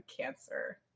cancer